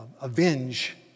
avenge